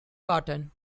cotton